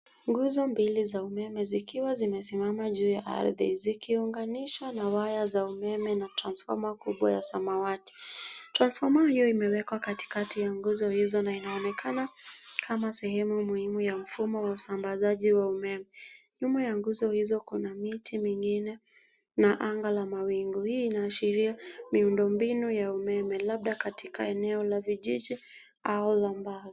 Nduzo mbili za umeme zikiwa zimesimama juu ya ardhi, zikiunganishwa na waya za umeme na transfoma kubwa ya samawati. Transfoma hiyo imewekwa katikati ya nyuzo hizo na inaonekana kama sehemu muhimu ya mfumo wa usambazaji wa umeme. Nyuma ya nguzo hizo kuna miti mingine na anga la mawingu. Hii inaashiria miundo mbinu ya umeme labda katika eneo la vijiji au la mbali.